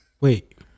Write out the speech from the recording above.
Wait